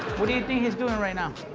what do you think he's doing right now?